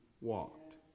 walked